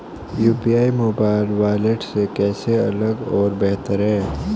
UPI mobile wallet से कैसे अलग और बेहतर है?